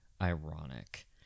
ironic